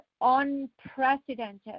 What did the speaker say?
unprecedented